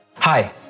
Hi